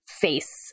face